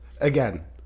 Again